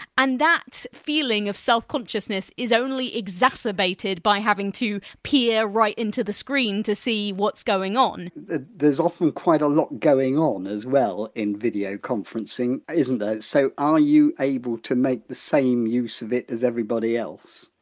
and that feeling of self-consciousness is only exacerbated by having to peer right into the screen to see what's going on there's often quite a lot going on as well in video conferencing, isn't there, so are you able to make the same use of it as everybody else?